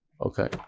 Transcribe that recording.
okay